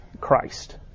Christ